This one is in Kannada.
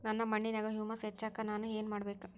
ನನ್ನ ಮಣ್ಣಿನ್ಯಾಗ್ ಹುಮ್ಯೂಸ್ ಹೆಚ್ಚಾಕ್ ನಾನ್ ಏನು ಮಾಡ್ಬೇಕ್?